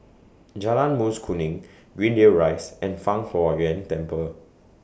Jalan Mas Kuning Greendale Rise and Fang Huo Yuan Temple